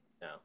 no